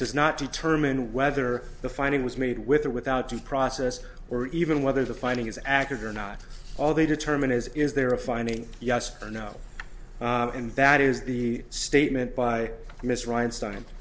does not determine whether the finding was made with or without due process or even whether the finding is accurate or not all they determine is is there a finding yes or no and that is the statement by mr ryan s